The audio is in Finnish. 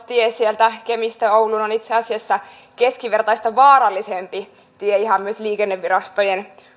tie sieltä kemistä ouluun on itse asiassa keskivertaista vaarallisempi tie ihan myös liikenneviraston